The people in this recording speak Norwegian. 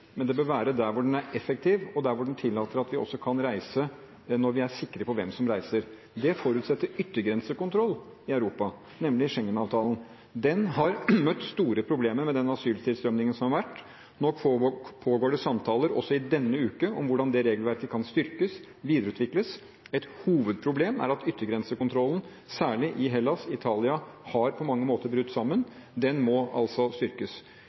men det bør være der hvor den er effektiv, og der hvor den tillater at vi også kan reise når vi er sikre på hvem som reiser. Det forutsetter yttergrensekontroll i Europa, nemlig Schengen-avtalen. Den har møtt store problemer med den asyltilstrømningen som har vært. Nå pågår det samtaler også i denne uken om hvordan det regelverket kan styrkes og videreutvikles. Et hovedproblem er at yttergrensekontrollen, særlig i Hellas og Italia, på mange måter har brutt sammen. Den må styrkes.